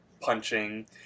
punching